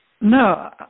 No